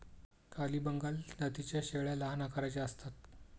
काली बंगाल जातीच्या शेळ्या लहान आकाराच्या असतात